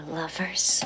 lovers